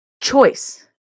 Choice